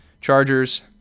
Chargers